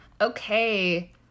Okay